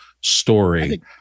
story